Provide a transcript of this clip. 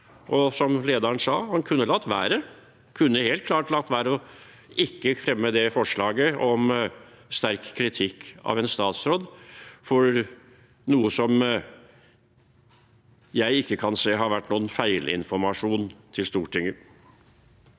latt være. Han kunne helt klart latt være å fremme forslaget om sterk kritikk av en statsråd for noe som jeg ikke kan se har vært noen feilinformasjon til Stortinget.